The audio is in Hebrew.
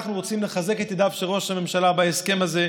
אנחנו רוצים לחזק את ידיו של ראש הממשלה בהסכם הזה,